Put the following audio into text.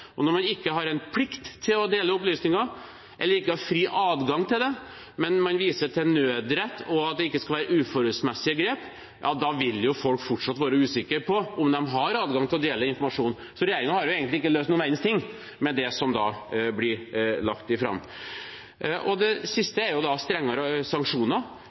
Når man ikke har en plikt til å dele opplysninger, eller ikke har fri adgang til det, men viser til nødrett, og til at det ikke skal være uforholdsmessige grep, da vil folk fortsatt være usikre på om de har adgang til å dele informasjonen. Så regjeringen har egentlig ikke løst noen verdens ting med det som blir lagt fram. Det siste er strengere sanksjoner.